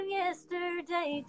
yesterday